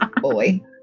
Boy